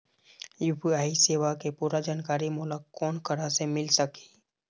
UPI सेवा के पूरा जानकारी मोला कोन करा से मिल सकही?